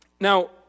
Now